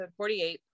48